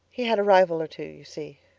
he had a rival or two, you see.